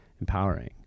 empowering